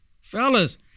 fellas